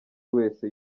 wese